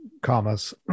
commas